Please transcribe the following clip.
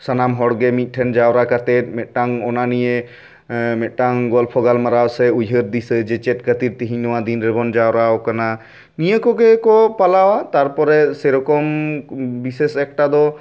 ᱥᱟᱱᱟᱢ ᱦᱚᱲᱜᱮ ᱢᱤᱫ ᱴᱷᱮᱱ ᱡᱟᱣᱨᱟ ᱠᱟᱛᱮᱫ ᱢᱤᱫᱴᱟᱝ ᱚᱱᱟ ᱱᱤᱭᱮ ᱢᱤᱫᱴᱟᱝ ᱜᱚᱞᱯᱚ ᱜᱟᱞᱢᱟᱨᱟᱣ ᱥᱮ ᱩᱭᱦᱟᱹᱨ ᱫᱤᱥᱟᱹ ᱪᱮᱫ ᱠᱷᱟᱹᱛᱤᱨ ᱛᱤᱦᱤᱧ ᱱᱚᱣᱟ ᱫᱤᱱ ᱨᱮᱵᱚᱱ ᱡᱟᱣᱨᱟ ᱟᱠᱟᱱᱟ ᱱᱤᱭᱟᱹ ᱠᱚᱜᱮ ᱠᱚ ᱯᱟᱞᱟᱣᱟ ᱛᱟᱨᱯᱚᱨᱮ ᱥᱮ ᱨᱚᱠᱚᱢ ᱵᱤᱥᱮᱥ ᱮᱠᱴᱟ ᱫᱚ